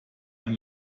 ein